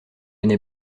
n’ai